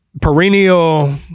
perennial